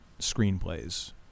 screenplays